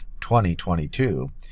2022